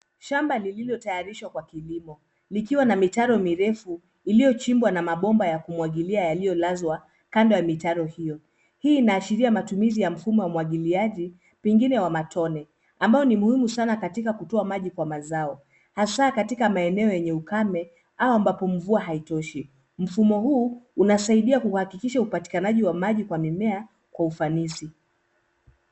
Shamba lililotayarishwa kwa kilimo likiwa na mitaro mirefu iliyochimbwa na mabomba ya kumwagilia yaliyolazwa kando ya mitaro hiyo. Hii inaashiria matumizi ya mfumo wa umwagiliaji pengine wa matone amboa ni muhimu sana katika kutoa maji kwa mazao hasa katika maeneo yenye ukame au ambapo mvua haitoshi. Mfumo huu unasaidia kuhakikisha upatikanaji wa maji kwa mimea kwa ufanisi.